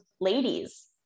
ladies